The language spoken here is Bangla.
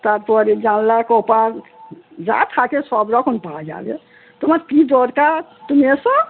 তার পরে জানলা যা থাকে সব রকম পাওয়া যাবে তোমার কী দরকার তুমি এসো